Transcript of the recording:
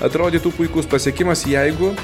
atrodytų puikus pasiekimas jeigu